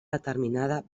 determinada